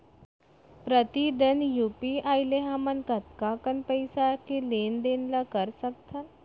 प्रतिदन यू.पी.आई ले हमन कतका कन पइसा के लेन देन ल कर सकथन?